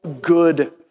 good